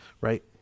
Right